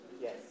Yes